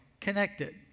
connected